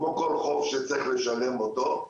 כמו כל חוב שצריך לשלם אותו.